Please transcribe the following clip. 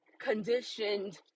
conditioned